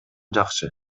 жакшы